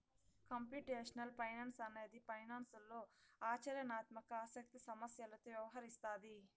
computational finance అనేది ఫైనాన్స్లో ఆచరణాత్మక ఆసక్తి సమస్యలతో వ్యవహరిస్తాది